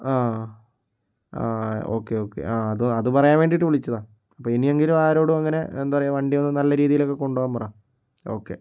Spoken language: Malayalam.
ആ ആ ആ ആ ഓക്കേ ഓക്കേ ആ അത് അത് പറയാൻ വേണ്ടിയിട്ട് വിളിച്ചതാണ് അപ്പോൾ ഇനിയെങ്കിലും ആരോടും അങ്ങനെ എന്താ പറയുക വണ്ടിയൊന്നും നല്ല രീതിയിലൊക്കെ കൊണ്ടുപോവാൻ പറ ഓക്കേ